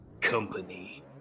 company